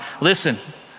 Listen